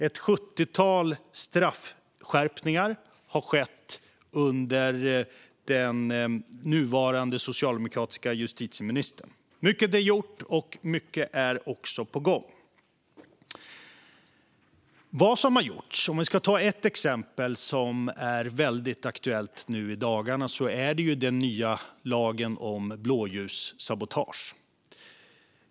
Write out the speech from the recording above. Ett sjuttiotal straffskärpningar har skett under den nuvarande socialdemokratiske justitieministern. Mycket är gjort, och mycket är också på gång. Ett exempel på vad som har gjorts och som är väldigt aktuellt nu i dagarna är den nya lagen om blåljussabotage.